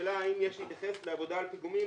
והשאלה האם יש להתייחס לעבודה על פיגומים